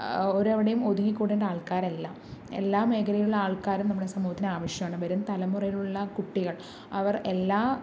ഒരവിടെയും ഒതുങ്ങി കൂടേണ്ട ആൾക്കാരല്ല എല്ലാ മേഖലകളിലും ആൾക്കാരും നമ്മുടെ സമൂഹത്തിന് ആവശ്യമാണ് വരും തലമുറയിലുള്ള കുട്ടികൾ അവർ എല്ലാ